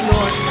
Lord